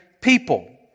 people